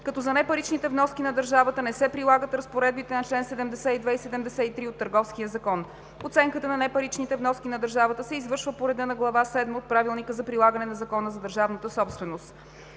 като за непаричните вноски на държавата не се прилагат разпоредбите на чл. 72 и 73 от Търговския закон. Оценката на непаричните вноски на държавата се извършва по реда на глава седма от Правилника за прилагане на Закона за държавната собственост